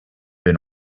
been